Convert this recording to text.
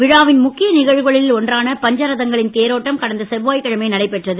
விழாவின் முக்கிய நிகழ்வுகளில் ஒன்றான பஞ்ச ரதங்களின் தேரோட்டம் கடந்த செவ்வாய்க்கிழமை நடைபெற்றது